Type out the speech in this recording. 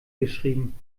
geschrieben